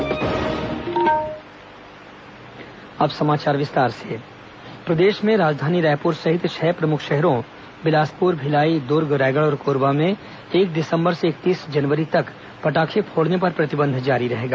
पटाखे प्रतिबंध प्रदेश में राजधानी रायपुर सहित छह प्रमुख शहरों बिलासपुर भिलाई द्र्ग रायगढ़ और कोरबा में एक दिसंबर से इकतीस जनवरी तक पटाखे फोड़ने पर प्रतिबंध जारी रहेगा